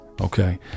Okay